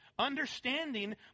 Understanding